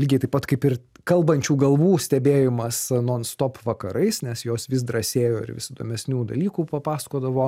lygiai taip pat kaip ir kalbančių galvų stebėjimas non stop vakarais nes jos vis drąsėjo ir vis įdomesnių dalykų papasakodavo